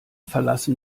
verlassen